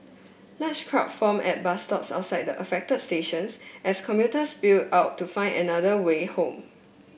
large crowd formed at bus stops outside the affected stations as commuters spilled out to find another way home